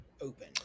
open